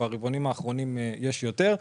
ברבעונים האחרונים יש יותר.